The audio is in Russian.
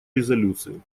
резолюции